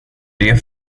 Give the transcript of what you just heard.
det